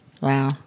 Wow